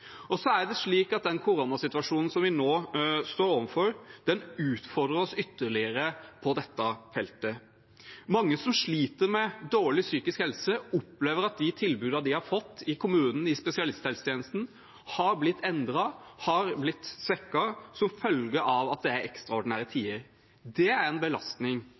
Koronasituasjonen som vi nå står overfor, utfordrer oss ytterligere på dette feltet. Mange som sliter med dårlig psykisk helse, opplever at tilbudene de har fått i kommunen, i spesialisthelsetjenesten, har blitt endret og svekket som følge av at det er ekstraordinære tider. Det er en belastning